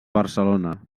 barcelona